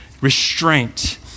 restraint